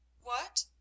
What